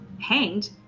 hanged